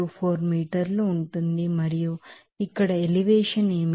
24 మీటర్లు ఉంటుంది మరియు ఇక్కడ ఎలివేషన్ ఏమిటి